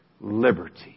Liberty